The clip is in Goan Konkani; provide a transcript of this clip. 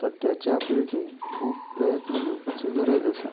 सद्याच्या पिळगेक खूब प्रयत्न घेवपाची गरज आसा